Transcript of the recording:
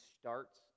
starts